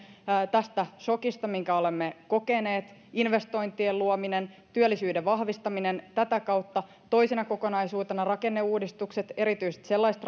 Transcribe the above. tästä sokista minkä olemme kokeneet investointien luominen työllisyyden vahvistaminen tätä kautta toisena kokonaisuutena ovat rakenneuudistukset erityisesti sellaiset